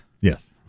Yes